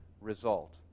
result